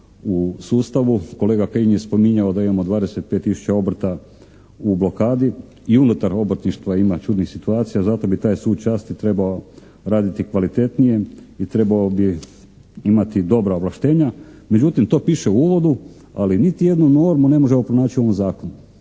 u sustavu. Kolega Kajin je spominjao da imamo 25 tisuća obrta u blokadi i unutar obrtništva ima čudnih situacija. I zato bi taj sud časti trebao raditi kvalitetnije i trebao bi imati dobra ovlaštenja. Međutim, to piše u uvodu ali niti jednu normu ne možemo pronaći u ovom Zakonu.